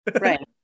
right